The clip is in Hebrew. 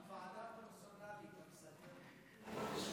הוועדה הפרסונלית, המסדרת.